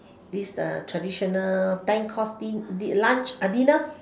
this uh traditional ten course din~ lunch a dinner